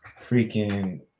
freaking